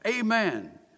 Amen